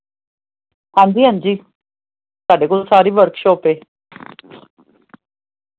ਹਾਂਜੀ ਹਾਂਜੀ ਸਾਡੇ ਕੋਲ ਸਾਰੀ ਵਰਕਸ਼ਾਪ ਹੈ